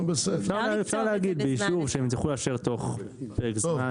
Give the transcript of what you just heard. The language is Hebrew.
אפשר להגיד באישור, שהם יצטרכו לאשר תוך פרק זמן.